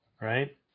right